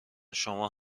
شما